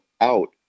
out